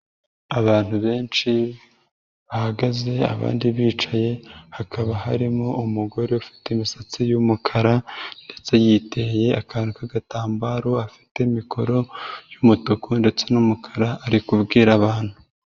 Abantu benshi bahagaze abandi bicaye, hakaba harimo umugore ufite imisatsi y'umukara, ndetse yiteye akantu k'agatambaro, afite mikoro y'umutuku ndetse n'umukara, ari kubwira abantu.